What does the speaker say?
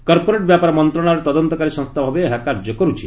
corporate ବ୍ୟାପାର ମନ୍ତ୍ରଣାଳୟର ତଦନ୍ତକାରୀ ସଂସ୍ଥା ଭାବେ ଏହା କାର୍ଯ୍ୟ କରୁଛି